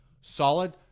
solid